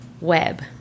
web